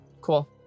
Cool